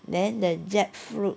then the jackfruit